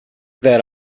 that